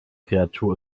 kreatur